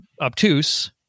obtuse